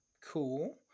cool